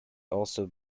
also